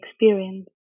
experience